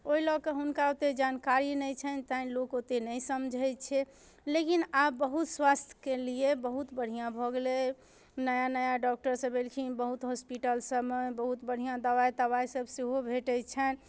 ओइ लऽ कऽ हुनका ओते जानकारी नहि छनि तैे लोक ओते नहि समझै छै लेकिन आब बहुत स्वास्थ्यके लिए बहुत बढ़िआँ भऽ गेलै नया नया डॉक्टर सब अयलखिन बहुत हॉस्पिटल सबमे बहुत बढ़िआँ दबाइ तबाइ सब सेहो भेटय छनि